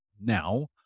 Now